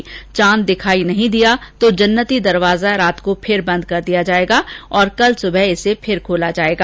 अगर चांद दिखाई नहीं दिया तो जन्नती दरवाजा रात को वापस बंद कर दिया जायेगा और कल सुबह खोला जायेगा